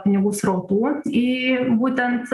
pinigų srautų į būtent